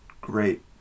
great